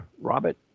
Robert